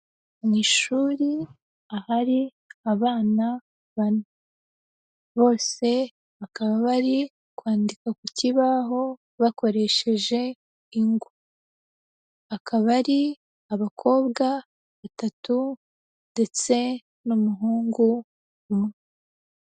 Mu ishuri, ahari abana bane. Bose bakaba bari kwandika ku kibaho bakoresheje ingwa. Akaba ari abakobwa batatu ndetse n'umuhungu umwe.